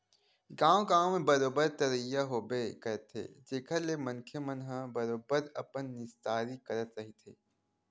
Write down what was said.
गाँव गाँव म बरोबर तरिया होबे करथे जेखर ले मनखे मन ह बरोबर अपन निस्तारी करत रहिथे